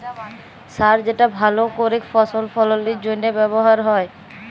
সার যেটা ভাল করেক ফসল ফললের জনহে ব্যবহার হ্যয়